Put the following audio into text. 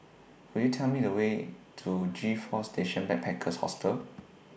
Could YOU Tell Me The Way to G four Station Backpackers Hostel